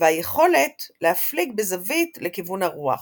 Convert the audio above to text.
והיכולת להפליג בזווית לכיוון הרוח.